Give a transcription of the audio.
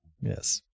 Yes